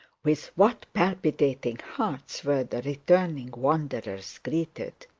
with what palpitating hearts were the returning wanderers greeted!